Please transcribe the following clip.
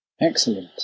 Excellent